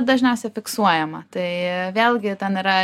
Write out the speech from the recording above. dažniausia fiksuojama tai vėlgi ten yra